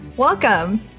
Welcome